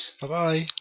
Bye-bye